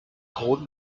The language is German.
drogen